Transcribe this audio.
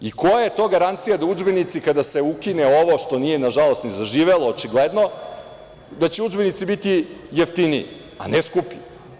I koja je to garancija da udžbenici, kada se ukine ovo što nije, nažalost, ni zaživelo, očigledno, da će udžbenici biti jeftiniji, a ne skuplji?